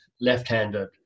left-handed